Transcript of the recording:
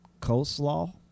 Coleslaw